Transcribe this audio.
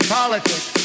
politics